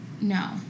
No